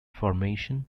formation